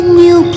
new